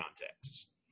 contexts